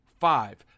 Five